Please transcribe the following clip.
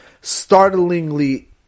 startlingly